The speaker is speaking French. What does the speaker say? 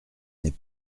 n’est